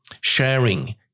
sharing